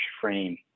frame